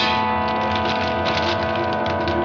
oh